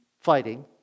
fighting